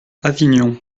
avignon